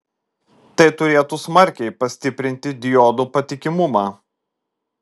tai turėtų smarkiai pastiprinti diodų patikimumą